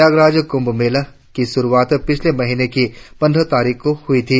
प्रयागजार कुंभ मेले की शुरुआत पिछले महीने की पंद्रह तारीख को हुई थी